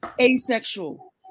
asexual